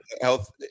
health